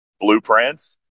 blueprints